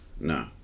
No